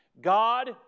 God